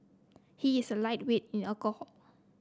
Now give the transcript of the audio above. he is a lightweight in alcohol